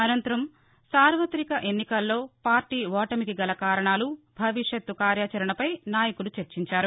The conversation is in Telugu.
అనంతరం సార్వతిక ఎన్నికల్లో పార్టీ ఓటమికిగల కారణాలు భవిష్యత్ కార్యాచరణపై నాయకులు చర్చించారు